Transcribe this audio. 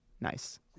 Nice